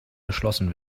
erschlossen